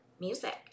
music